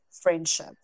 friendship